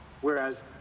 whereas